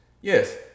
Yes